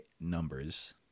numbers